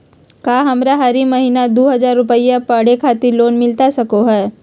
का हमरा हरी महीना दू हज़ार रुपया पढ़े खातिर लोन मिलता सको है?